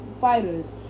fighters